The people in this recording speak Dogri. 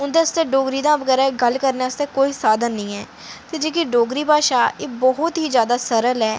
उं'दे आस्तै डोगरी दे बगैरा गल्ल करने आस्तै कोई साधन नेईं ऐ ते जेह्की डोगरी भाशा एह् बहुत ई जैदा सरल ऐ